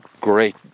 great